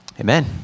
Amen